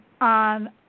on